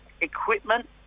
equipment